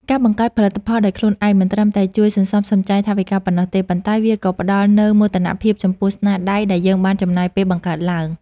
ការបង្កើតផលិតផលដោយខ្លួនឯងមិនត្រឹមតែជួយសន្សំសំចៃថវិកាប៉ុណ្ណោះទេ ប៉ុន្តែ វាក៏ផ្ដល់នូវមោទនភាពចំពោះស្នាដៃដែលយើងបានចំណាយពេលបង្កើតឡើង។